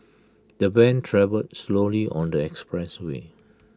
the van travelled slowly on the expressway